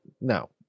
no